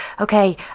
Okay